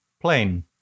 Plane